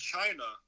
China